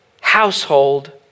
household